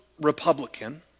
Republican